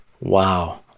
Wow